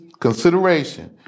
Consideration